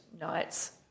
nights